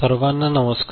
सर्वांना नमस्कार